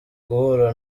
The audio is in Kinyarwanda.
guhura